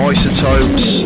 Isotopes